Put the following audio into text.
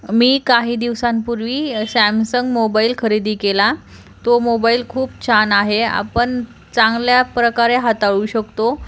मी काही दिवसांपूर्वी Samsung mobile खरेदी केला तो मोबाईल खूप छान आहे आपण चांगल्या प्रकारे हाताळू शकतो